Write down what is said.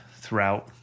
throughout